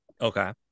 Okay